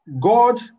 God